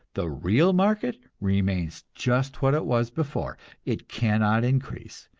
the real market, remains just what it was before it cannot increase,